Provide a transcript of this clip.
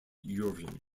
urine